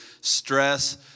stress